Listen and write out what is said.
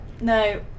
No